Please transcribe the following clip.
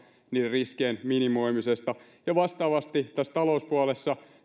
riskien minimoimisesta vastaavasti tässä talouspuolessa